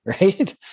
Right